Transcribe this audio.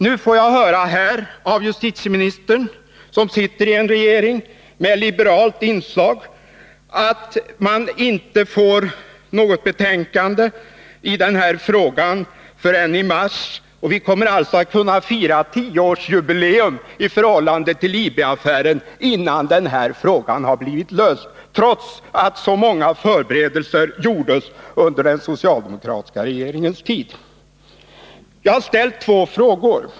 Nu får jag höra av justitieministern i en regering med liberalt inslag att det inte kommer något betänkande i den frågan förrän i mitten av nästa år. Vi kommer alltså att kunna fira tioårsjubileum i förhållande till IB-affären innan frågan har blivit löst, trots att så många förberedelser gjordes under den socialdemokratiska regeringens tid. Jag har ställt två frågor.